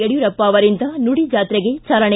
ಯಡಿಯೂರಪ್ಪ ಅವರಿಂದ ನುಡಿಜಾತ್ರೆಗೆ ಚಾಲನೆ